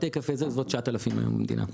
זה באזור 9,000 היום במדינה.